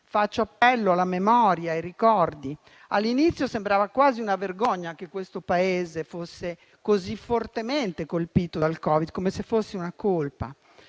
faccio appello alla memoria, ai ricordi: all'inizio sembrava quasi una vergogna che questo Paese fosse così fortemente colpito dal Covid, come se fosse una colpa.